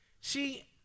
See